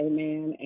Amen